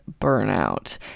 burnout